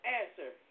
answer